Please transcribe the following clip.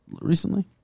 recently